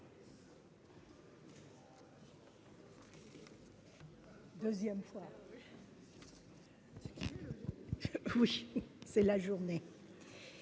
Deuxième fois oui. Oui, c'est la journée.